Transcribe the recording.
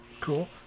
cool